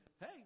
Hey